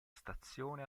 stazione